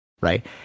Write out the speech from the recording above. Right